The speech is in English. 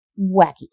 wacky